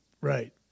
Right